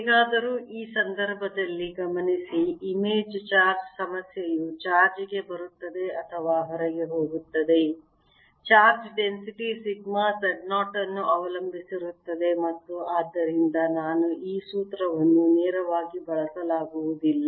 ಹೇಗಾದರೂ ಈ ಸಂದರ್ಭದಲ್ಲಿ ಗಮನಿಸಿ ಇಮೇಜ್ ಚಾರ್ಜ್ ಸಮಸ್ಯೆಯು ಚಾರ್ಜ್ಗೆ ಬರುತ್ತದೆ ಅಥವಾ ಹೊರಗೆ ಹೋಗುತ್ತದೆ ಚಾರ್ಜ್ ಡೆನ್ಸಿಟಿ ಸಿಗ್ಮಾ Z0 ಅನ್ನು ಅವಲಂಬಿಸಿರುತ್ತದೆ ಮತ್ತು ಆದ್ದರಿಂದ ನಾನು ಈ ಸೂತ್ರವನ್ನು ನೇರವಾಗಿ ಬಳಸಲಾಗುವುದಿಲ್ಲ